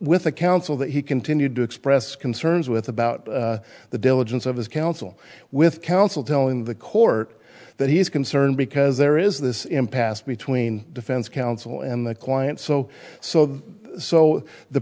with the counsel that he continued to express concerns with about the diligence of his counsel with counsel telling the court that he is concerned because there is this impasse between defense counsel and the client so so so the